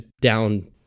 down